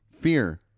Fear